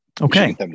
okay